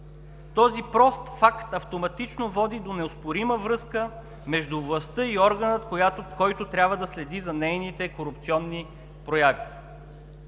Този прост факт автоматично води до неоспорима връзка между властта и органа, който трябва да следи за нейните корупционни прояви.